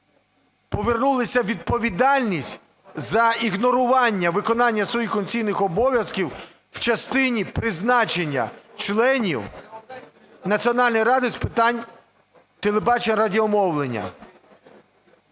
повернулася відповідальність за ігнорування виконання своїх функційних обов'язків у частині призначення членів Національної ради з питань телебачення і радіомовлення